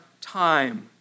time